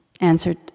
Answered